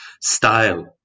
style